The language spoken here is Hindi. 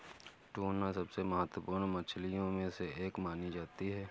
टूना सबसे महत्त्वपूर्ण मछलियों में से एक मानी जाती है